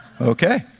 Okay